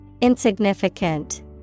Insignificant